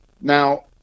Now